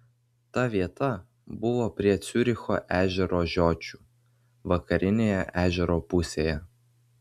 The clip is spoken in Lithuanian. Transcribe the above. ta vieta buvo prie ciuricho ežero žiočių vakarinėje ežero pusėje